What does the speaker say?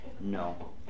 No